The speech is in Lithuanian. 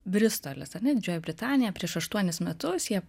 bristolis ar ne didžioji britanija prieš aštuonis metus jie